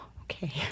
Okay